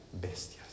bestias